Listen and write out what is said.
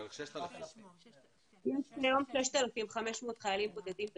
בערך 6,000. יש היום 6,500 חיילים בודדים בצה"ל,